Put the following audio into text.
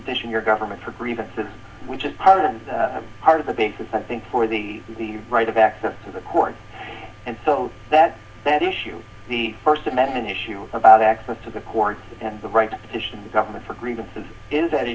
petition your government for grievances which is part of the heart of the biggest i think for the right of access to the courts and so that that issue the st amendment issue about access to the courts and the right to petition the government for grievances is at